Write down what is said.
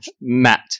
Matt